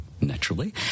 naturally